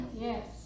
Yes